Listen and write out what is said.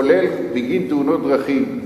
כולל בגין תאונות דרכים,